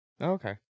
Okay